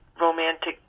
romantic